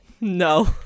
No